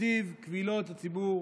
נציב קבילות הציבור